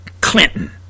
Clinton